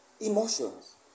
Emotions